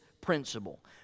principle